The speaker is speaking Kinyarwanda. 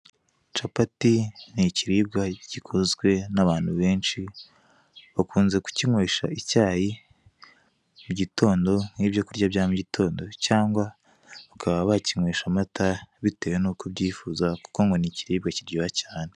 Capati ni ikiribwa gikunzwe n'abantu benshi, bakunze kukinywesha icyayi mugitondo, nk'ibyo kurya bya mugitondo, cyangwa bakaba bakinywesha amata, bitewe n'uko ubyifuza, kuko ngo ni ikiribwa kiryoha cyane.